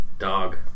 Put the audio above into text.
Dog